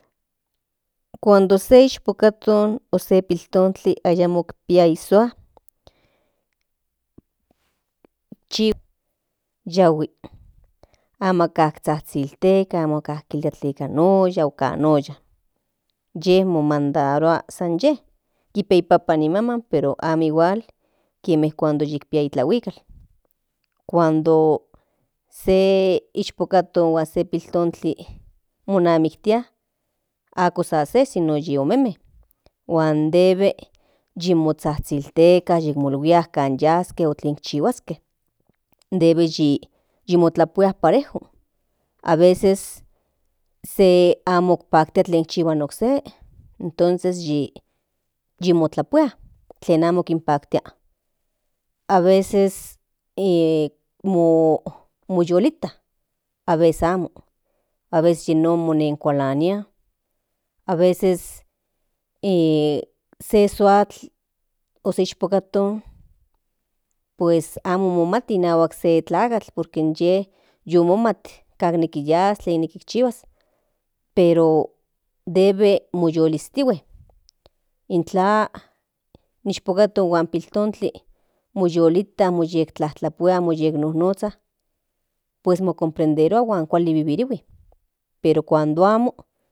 Pues yinon nenka pleito kuak yikinpia ni konehuan pues igual debe parejo moktaske debe parejo mota o kuak ni pizhintli mokokua pues debe kuikas inahuak in doctos tikpajtiktihue o in tenan nikan kijta tlen chihuilis kinpajtis in te papan pues igual debe tikitis para kualikas in tomin para tlakuaske ni sua ni konehuan para tlen ikan kinasi para kuak kalaki kinmachtia nijki debe tlashtlahua kate monamiktia huan kuali kate pero kate amo kate hasta moshishinua por que hasta yikinpia se kone por que yikilia tmaka in tomin ka tlakatl tekiti huan amo temaka ye pensarua san para inye huan kijta tlen necesitarua ni ichan ni sua ni konehuan huan kate sin en cabio tlatlaka kienma.